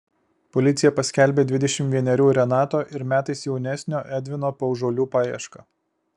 policija paskelbė dvidešimt vienerių renato ir metais jaunesnio edvino paužuolių paiešką